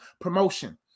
promotion